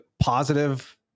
positive